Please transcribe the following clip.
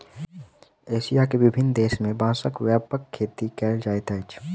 Asia के विभिन्न देश में बांसक व्यापक खेती कयल जाइत अछि